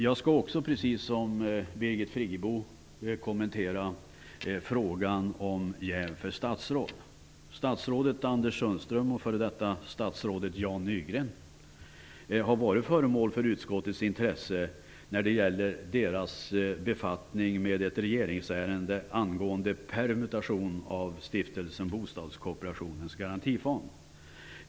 Jag skall också, precis som Birgit Friggebo, kommentera frågan om jäv för statsråd. Nygren har varit föremål för utskottets intresse när det gäller deras befattning med ett regeringsärende angående permutation av Stiftelsen Bostadskooperationens Garantifond.